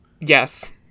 Yes